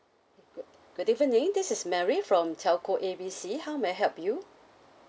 good evening this is mary from telco A B C how may I help you